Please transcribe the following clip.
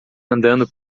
andando